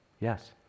Yes